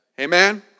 Amen